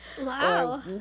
wow